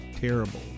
terrible